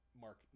Mark